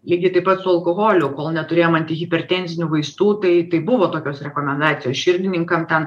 lygiai taip pat su alkoholiu kol neturėjom antihipertenzinių vaistų tai tai buvo tokios rekomendacijos širdininkam ten